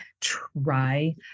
try